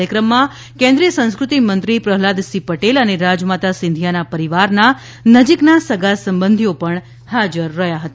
કાર્યક્રમમાં કેન્રિયાય સંસ્કૃતિમંત્રી પ્રહલાદસિંહ પટેલ અને રાજમાતા સિંધિયાના પરિવારના નજીકના સગાસબંધીઓ પણ હાજર રહ્યા હતા